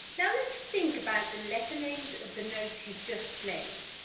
now let's think about the letter names of the notes you've just played